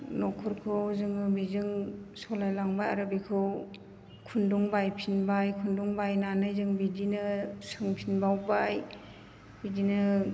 न'खरखौ जोङो बेजों सालायलांबाय आरो बेखौ खुन्दुं बायफिनबाय खुन्दुं बायनानै जों बिदिनो सोंफिनबावबाय बिदिनो